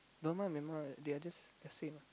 Burma and Myanmar they are the same